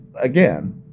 Again